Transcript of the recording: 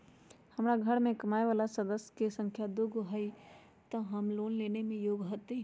हमार घर मैं कमाए वाला सदस्य की संख्या दुगो हाई त हम लोन लेने में योग्य हती?